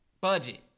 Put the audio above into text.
budget